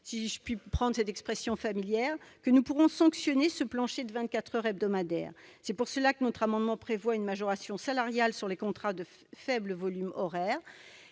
si vous me permettez cette expression familière, que nous pourrons sanctuariser ce plancher de vingt-quatre heures hebdomadaires. C'est pourquoi notre amendement prévoit une majoration salariale sur les contrats à faible volume horaire,